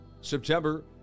September